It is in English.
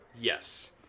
yes